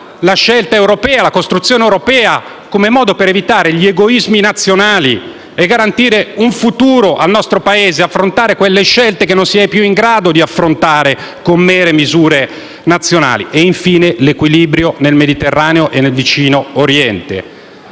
la scelta europea e la costruzione europea come modo per evitare gli egoismi nazionali e garantire un futuro al nostro Paese; affrontare quelle scelte che non si è più in grado di affrontare con mere misure nazionali. E, infine, l'equilibrio nel Mediterraneo e nel vicino Oriente,